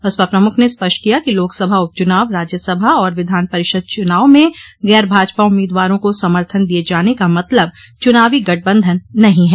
बसपा प्रमुख ने स्पष्ट किया कि लोकसभा उपचुनाव राज्य सभा और विधान परिषद चुनाव में गैर भाजपा उम्मीदवारों को समर्थन दिये जाने का मतलब चुनावी गठबन्धन नहीं है